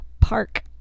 Park